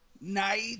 night